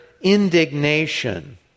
indignation